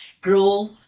grow